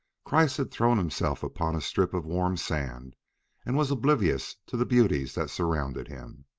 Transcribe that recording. kreiss had thrown himself upon a strip of warm sand and was oblivious to the beauties that surrounded him.